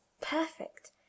perfect